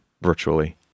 virtually